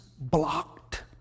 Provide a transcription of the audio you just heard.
blocked